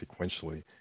sequentially